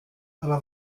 aber